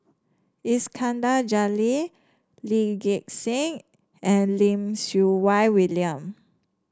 Iskandar Jalil Lee Gek Seng and Lim Siew Wai William